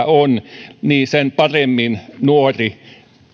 on perusta sen paremmin nuori